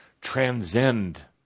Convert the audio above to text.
transcend